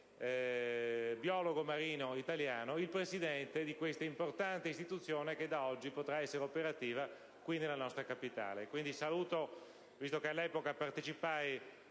biologo marino italiano, quale presidente di questa importante istituzione che da oggi potrà essere operativa nella nostra capitale. Quindi, visto che all'epoca partecipai